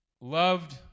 loved